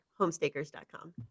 homestakers.com